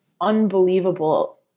unbelievable